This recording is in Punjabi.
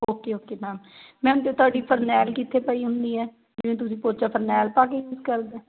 ਓਕੇ ਓਕੇ ਮੈਮ ਮੈਮ ਜੇ ਤੁਹਾਡੀ ਫਰਨੈਲ ਕਿੱਥੇ ਪਈ ਹੁੰਦੀ ਹੈ ਜਿਵੇਂ ਤੁਸੀਂ ਪੋਚਾ ਫਰਨੈਲ ਪਾ ਕੇ ਯੂਜ਼ ਕਰਦੇ ਹੋ